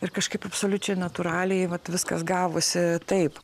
ir kažkaip absoliučiai natūraliai vat viskas gavosi taip